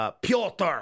Piotr